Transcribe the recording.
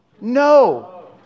no